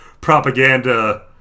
propaganda